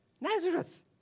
Nazareth